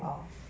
oh